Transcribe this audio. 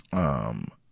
um,